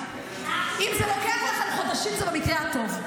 אם זה לוקח לכם חודשים, זה במקרה הטוב.